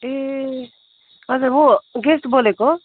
ए अन्त म गेस्ट बोलेको हो